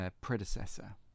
predecessor